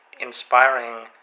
inspiring